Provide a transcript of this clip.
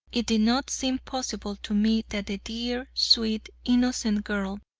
it did not seem possible to me that the dear, sweet, innocent girl,